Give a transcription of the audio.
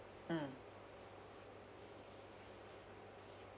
mm